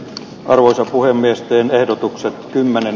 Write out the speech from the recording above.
arvoisa puhemies teen ehdotuksen kymmenen